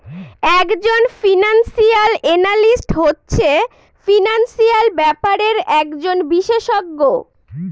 এক জন financial analyst হচ্ছে ফিনান্সিয়াল ব্যাপারের একজন বিশষজ্ঞ